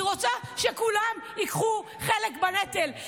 היא רוצה שכולם ייקחו חלק בנטל.